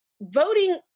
voting